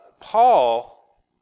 Paul